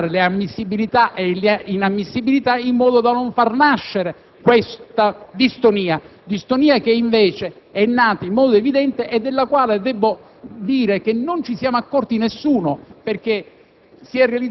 da giudicare le ammissibilità e le inammissibilità così da non far nascere questa distonia; distonia che invece è nata in modo evidente e della quale - debbo dire - nessuno si è accorto.